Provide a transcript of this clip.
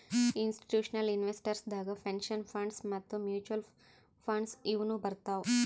institutional investors ದಾಗ್ pension funds ಮತ್ತ್ mutual funds ಇವ್ನು ಬರ್ತವ್